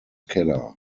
keller